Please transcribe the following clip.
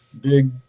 big